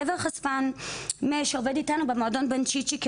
גבר חשפן שעובד איתנו במועדון בנצ'יצ'י,